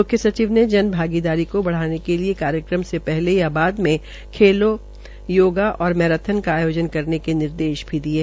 मुख्य सचिव ने जन भागीदारी को बढ़ाने के लिए कार्यक्रम से पहले या बाद में खेलों योगा व मैराथन का आयोजन करने के निर्देश दिये